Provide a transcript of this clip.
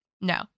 No